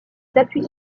s’appuie